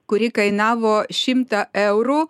kuri kainavo šimtą eurų